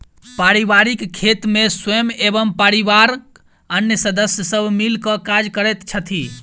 पारिवारिक खेत मे स्वयं एवं परिवारक आन सदस्य सब मिल क काज करैत छथि